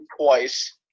twice